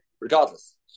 regardless